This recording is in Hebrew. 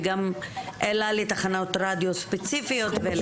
אלא לתחנות רדיו ספציפיות.